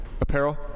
apparel